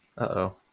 Uh-oh